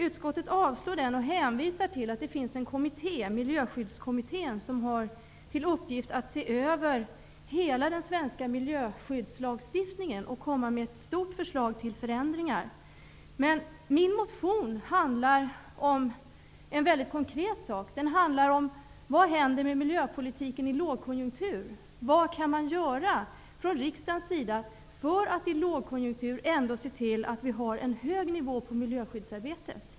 Utskottet avstyrker den och hänvisar till att det finns en kommitté, Miljöskyddskommittén, som har till uppgift att se över hela den svenska miljöskyddslagstiftningen och komma med ett omfattande förslag till förändringar. Min motion handlar dock om en väldigt konkret sak: Vad händer med miljöpolitiken i lågkonjunktur? Vad kan man göra från riksdagens sida för att i lågkonjunktur ändå se till att vi har en hög nivå på miljöskyddsarbetet?